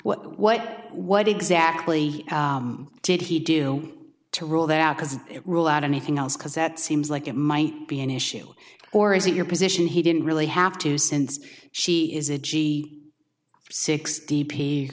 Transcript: l what what exactly did he do to rule that because it rule out anything else because that seems like it might be an issue or is it your position he didn't really have to since she is a g six